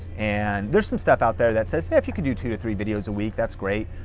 and there's some stuff out there that says if if you can do two to three videos a week, that's great,